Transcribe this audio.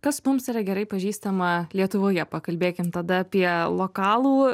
kas mums yra gerai pažįstama lietuvoje pakalbėkim tada apie lokalų